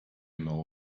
know